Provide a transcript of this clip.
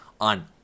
on